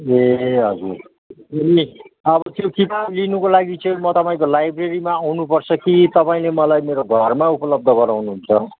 ए हजुर हजुर अब त्यो किताब लिनुको लागि चाहिँ म तपाईँको लाइब्रेरीमा आउनुपर्छ कि तपाईँले मलाई मेरो घरमा उपलब्ध गराउनुहुन्छ